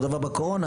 גם בקורונה